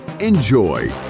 Enjoy